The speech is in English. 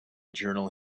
journal